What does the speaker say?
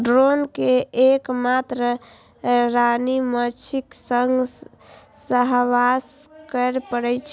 drone कें एक मात्र रानी माछीक संग सहवास करै पड़ै छै